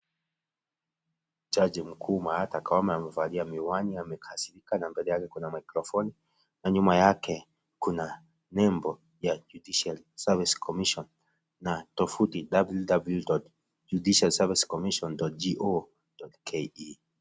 Jaji mkuu Martha Koome amevalia miwani amekasirika na mbele yake kuna mikrofoni nyuma yake, kuna nembo ya Judiciary Service Commission na tovuti www.judicialservicecommission.go.ke.